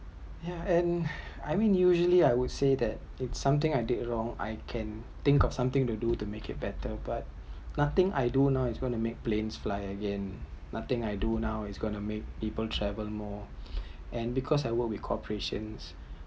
ya and I meant usually I would say that if something I did wrong I can think of something to do to make it better but nothing I do now is going to make plane flies again nothing I do now is going to make people travel more and because I work with corporation